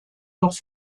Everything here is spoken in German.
noch